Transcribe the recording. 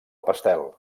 pastel